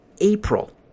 April